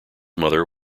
mother